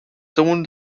sohn